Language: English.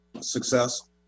success